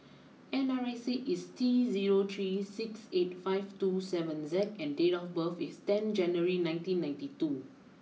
N R I C is T zero three six eight five two seven Z and date of birth is ten January nineteen ninety two